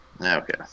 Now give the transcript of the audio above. Okay